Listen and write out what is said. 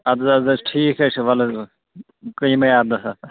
اَدٕ حظ اَدٕ حظ ٹھیٖک حظ چھُ وَلہٕ حظ ولہٕ گٔے یِمَے اَرداہ ساس